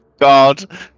God